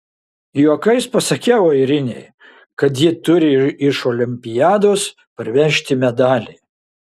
juokais pasakiau airinei kad ji turi iš olimpiados parvežti medalį